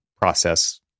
process